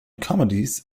comedies